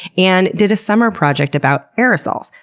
and did a summer project about aerosols.